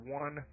one